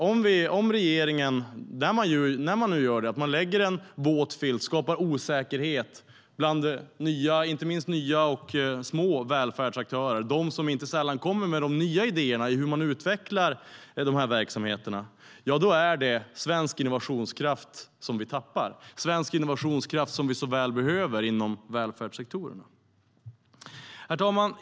Om nu regeringen lägger en våt filt över det hela och skapar osäkerhet bland inte minst nya och små välfärdsaktörer - som inte sällan kommer med nya idéer för hur verksamheterna ska utvecklas - tappar vi svensk innovationskraft som så väl behövs inom välfärdssektorerna. Herr talman!